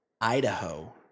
Idaho